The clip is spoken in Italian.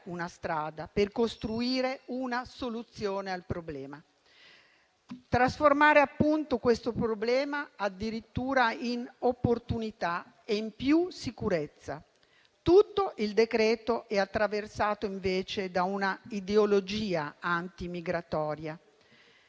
una strada per costruire una soluzione al problema: trasformarlo addirittura in opportunità e in maggiore sicurezza. Tutto il decreto-legge è attraversato invece da una ideologia anti-migratoria.